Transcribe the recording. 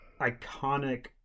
iconic